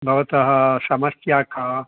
भवतः समस्या का